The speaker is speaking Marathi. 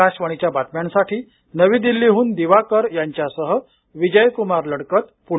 आकाशवाणीच्या बातम्यांसाठी नवी दिल्लीहून दिवाकर यांच्यासह विजयकुमार लडकत पुणे